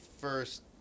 first